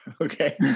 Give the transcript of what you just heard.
okay